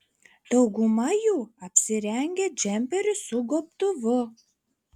dauguma jų apsirengę džemperiu su gobtuvu